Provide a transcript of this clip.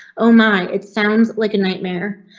oh my it sounds. like a nightmare,